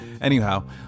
Anyhow